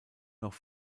noch